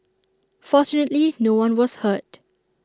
fortunately no one was hurt